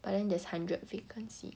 but then there's hundred vacancy